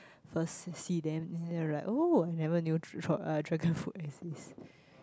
first see see them and then like oh I never knew tr~ tr~ uh dragonfruit exists